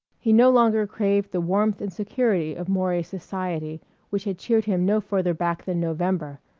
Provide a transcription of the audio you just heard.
he no longer craved the warmth and security of maury's society which had cheered him no further back than november.